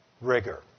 rigor